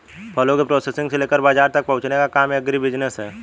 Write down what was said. फलों के प्रोसेसिंग से लेकर बाजार तक पहुंचने का काम एग्रीबिजनेस है